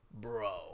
Bro